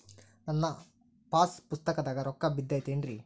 ನನ್ನ ಪಾಸ್ ಪುಸ್ತಕದಾಗ ರೊಕ್ಕ ಬಿದ್ದೈತೇನ್ರಿ?